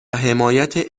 حمایت